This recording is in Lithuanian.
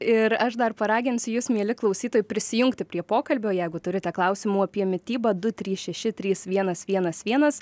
ir aš dar paraginsiu jus mieli klausytojai prisijungti prie pokalbio jeigu turite klausimų apie mitybą du trys šeši trys vienas vienas vienas